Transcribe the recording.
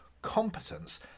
competence